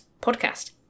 podcast